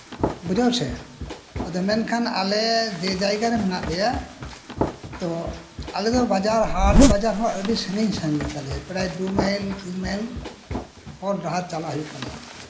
ᱵᱩᱡᱷᱟᱹᱣ ᱥᱮ ᱢᱮᱱᱠᱷᱟᱱ ᱟᱫᱚ ᱟᱞᱮ ᱡᱮ ᱡᱟᱭᱜᱟ ᱨᱮ ᱢᱮᱱᱟᱜ ᱞᱮᱭᱟ ᱛᱚ ᱟᱞᱮᱫᱚ ᱵᱟᱡᱟᱨ ᱦᱟᱴ ᱵᱟᱡᱟᱨ ᱦᱚᱸ ᱟᱹᱰᱤ ᱥᱟᱹᱜᱤᱧ ᱜᱮᱛᱟᱞᱮᱭᱟ ᱯᱨᱟᱭ ᱫᱩ ᱢᱟᱭᱞ ᱛᱤᱱ ᱢᱟᱭᱤᱞ ᱦᱚᱨ ᱰᱟᱦᱟᱨ ᱪᱟᱞᱟᱜ ᱦᱩᱭᱩᱜ ᱛᱟᱞᱮᱭᱟ